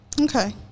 Okay